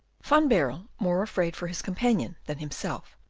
van baerle, more afraid for his companion than himself,